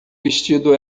vestido